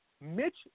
Mitch